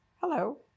Hello